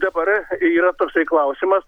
dabar yra toksai klausimas